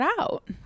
out